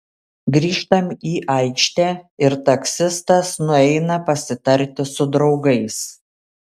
grįžtam į aikštę ir taksistas nueina pasitarti su draugais